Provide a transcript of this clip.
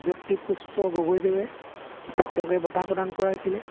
ব্যক্তি পুষ্প গগৈদেৱে তেওঁক এই বঁটা প্ৰদান কৰা হৈছিলে